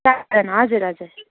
चारजना हजुर हजुर